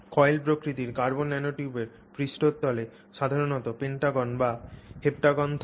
coiled প্রকৃতির carbon ন্যানোটিউবের পৃষ্ঠতলে সাধারণত পেন্টাগন বা হেপ্টাগন থাকে